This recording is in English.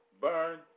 Burn